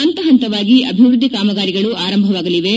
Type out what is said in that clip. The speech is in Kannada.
ಹಂತ ಹಂತವಾಗಿ ಅಭಿವೃದ್ದಿ ಕಾಮಗಾರಿಗಳು ಆರಂಭವಾಗಲಿವೆ